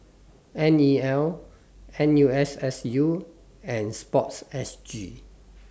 N E L N U S S U and Sport S G